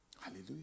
Hallelujah